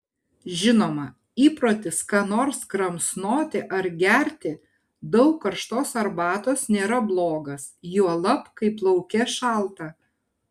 žinoma įprotis ką nors kramsnoti ar gerti daug karštos arbatos nėra blogas juolab kai lauke šalta